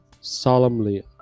solemnly